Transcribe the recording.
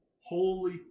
Holy